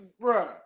bro